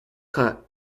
cut